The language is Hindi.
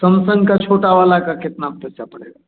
समसन्ग का छोटा वाला का कितना पैसा पड़ेगा